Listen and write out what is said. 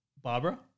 Barbara